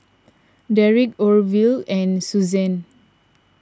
Derick Orville and Susanne